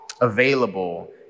available